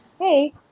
Hey